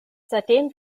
seitdem